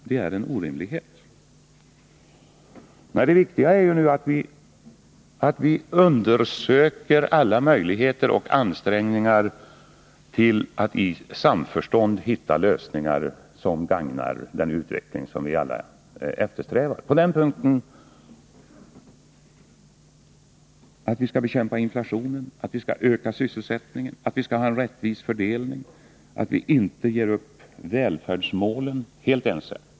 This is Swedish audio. Det viktiga nu är att vi anstränger oss för att i samförstånd hitta lösningar som gagnar den utveckling som vi alla eftersträvar. Vi är helt överens om att vi skall bekämpa inflationen, öka sysselsättningen och åstadkomma en rättvis fördelning och att vi inte skall ge upp välfärdsmålen.